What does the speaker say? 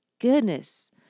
goodness